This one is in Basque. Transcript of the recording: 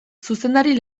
zuzendari